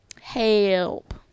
Help